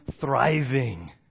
thriving